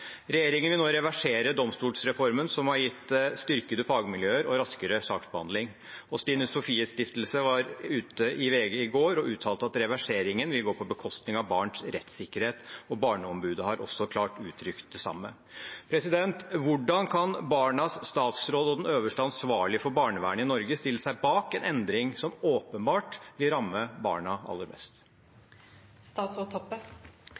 Regjeringen vil nå reversere domstolsreformen, som har gitt styrkede fagmiljøer og raskere saksbehandling. Stine Sofies Stiftelse var ute i VG i går og uttalte at reverseringen vil gå på bekostning av barns rettssikkerhet, og Barneombudet har også klart uttrykt det samme. Hvordan kan barnas statsråd og den øverste ansvarlige for barnevernet i Norge stille seg bak en endring som åpenbart vil ramme barna aller mest? Som statsråd